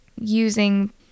using